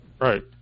Right